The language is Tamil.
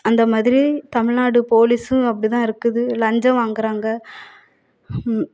அந்த மாதிரி தமிழ்நாடு போலீஸ்ஸும் அப்படித்தான் இருக்குது லஞ்சம் வாங்குகிறாங்க